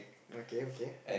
okay okay